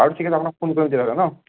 বাৰু ঠিক আছে আপোনাক ফোন কৰিম তেতিয়াহ'লে ন